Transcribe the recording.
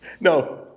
No